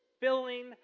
filling